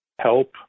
help